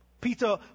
Peter